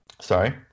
Sorry